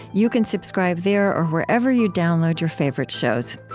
you can subscribe there or wherever you download your favorite shows.